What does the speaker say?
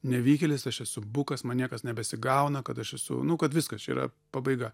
nevykėlis aš esu bukas man niekas nebesigauna kad aš esu nu kad viskas čia yra pabaiga